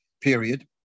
period